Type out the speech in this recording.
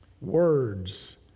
Words